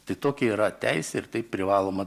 tai tokia yra teisė ir tai privaloma